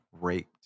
raped